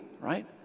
right